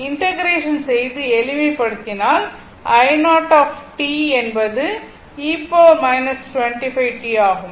integration செய்து எளிமை படுத்தினால் என்பது ஆகும்